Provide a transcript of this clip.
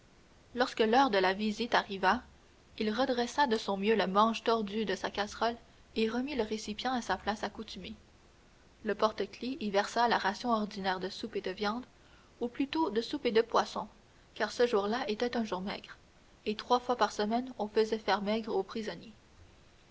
lorsque l'heure de la visite arriva il redressa de son mieux le manche tordu de sa casserole et remit le récipient à sa place accoutumée le porte-clefs y versa la ration ordinaire de soupe et de viande ou plutôt de soupe et de poisson car ce jour-là était un jour maigre et trois fois par semaine on faisait faire maigre aux prisonniers